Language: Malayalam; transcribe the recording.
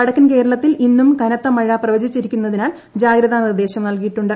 വടക്കൻ കേരളത്തിൽ ഇന്നും കനത്ത മഴ പ്രവചിച്ചിരിക്കുന്നതിനാൽ ജാഗ്രതാ നിർദ്ദേശം നൽകിയിട്ടുണ്ട്